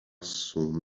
son